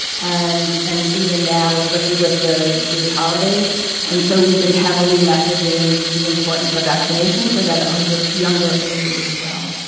and and even now especially with the jewish holidays and so we've been heavily messaging the importance of vaccination for that younger younger age group as well.